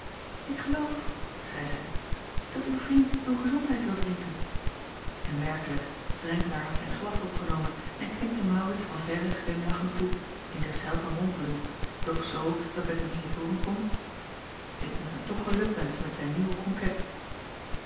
k geloof zeî zij dat uw vriend uw gezondheid wil drinken n werkelijk renkelaer had zijn glas opgenomen en knikte aurits van verre glimlachend toe in zich zelven mompelend doch zoo dat ettemie het hooren kon ik moet hem toch gelukwenschen met zijn nieuwe